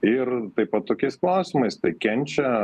ir taip pat tokiais klausimais tai kenčia